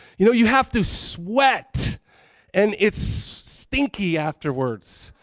you know, you have to sweat and it's stinky afterwards,